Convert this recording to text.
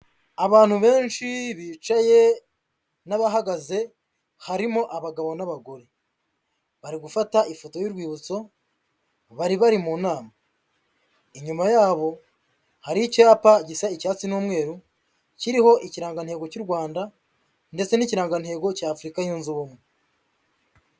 Abantu benshi bicaye n'abahagaze harimo abagabo n'abagore bari gufata ifoto y'urwibutso bari bari mu nama, inyuma yabo hari icyapa gisa icyatsi n'umweru kiriho ikirangantego cy'u Rwanda ndetse n'ikirangantego cya Afurika yunze Ubumwe.